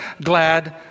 glad